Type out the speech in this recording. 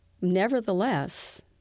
Nevertheless